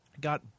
got